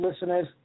listeners